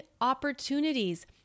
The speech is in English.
opportunities